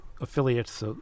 affiliates